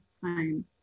time